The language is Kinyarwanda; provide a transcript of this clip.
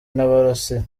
n’abarusiya